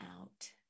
out